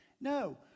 No